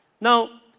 Now